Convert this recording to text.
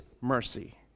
mercy